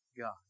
God